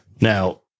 Now